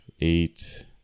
eight